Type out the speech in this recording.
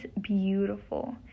beautiful